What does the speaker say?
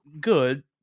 good